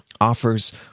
offers